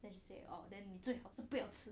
then she say oh then 你最好是不要吃